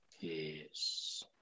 Yes